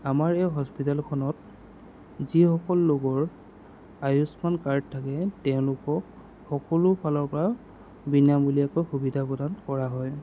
আমাৰ এই হস্পিতেলখনত যিসকল লোকৰ আয়ুষ্মান কাৰ্ড থাকে তেওঁলোকক সকলো ফালৰ পৰা বিনামূলীয়াকৈ সুবিধা প্ৰদান কৰা হয়